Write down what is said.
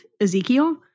Ezekiel